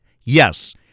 Yes